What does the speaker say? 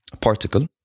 Particle